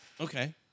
Okay